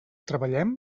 treballem